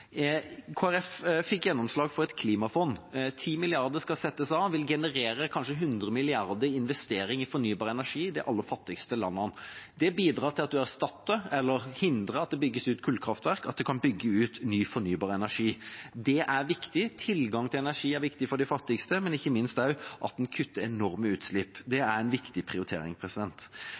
fikk gjennomslag for et klimafond. 10 mrd. kr skal settes av, og det vil generere kanskje 100 mrd. kr i investering i fornybar energi i de aller fattigste landene. Det bidrar til at en erstatter, eller hindrer at det bygges ut, kullkraftverk, at en kan bygge ut ny fornybar energi. Det er viktig. Tilgang til energi er viktig for de fattigste, men ikke minst at en kutter enorme utslipp. Det er en viktig prioritering.